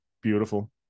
beautiful